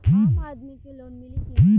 आम आदमी के लोन मिली कि ना?